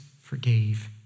forgave